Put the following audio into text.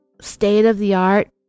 state-of-the-art